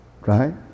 Right